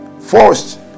first